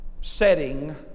setting